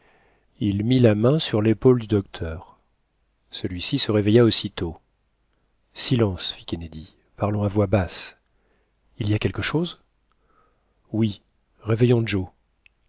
il mit la main sur lépaule du docteur celui-ci se réveilla aussitôt silence fit kennedy parlons à voix basse il y a quelque chose oui réveillons joe